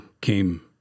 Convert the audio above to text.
came